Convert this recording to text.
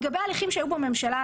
לגבי ההליכים שהיו בממשלה,